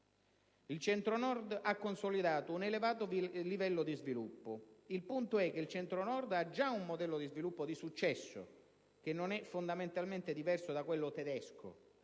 Il Centro-Nord ha consolidato un elevato livello di sviluppo. Il punto è che il Centro-Nord ha già un modello di sviluppo di successo, che non è fondamentalmente diverso da quello tedesco.